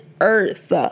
earth